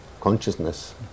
consciousness